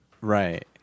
Right